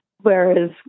Whereas